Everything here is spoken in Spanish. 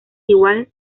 igual